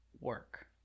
work